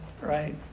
right